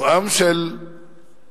הוא עם של מדענים,